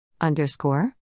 Underscore